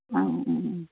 অঁ অঁ